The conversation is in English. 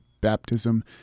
baptism